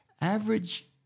Average